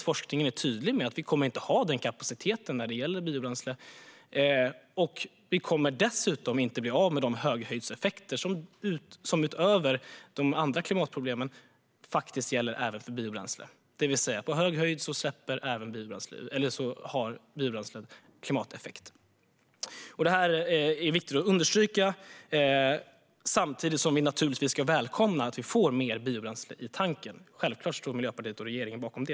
Forskningen är tydlig med att vi inte kommer att ha den kapaciteten när det gäller biobränsle. Vi kommer dessutom inte bli av med de höghöjdseffekter som utöver de andra klimatproblemen gäller även för biobränsle. På hög höjd har biobränslen klimateffekt. Det är viktigt att understryka samtidigt som vi naturligtvis ska välkomna att vi får mer biobränsle i tanken. Självklart står Miljöpartiet och regeringen bakom det.